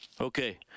okay